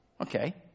Okay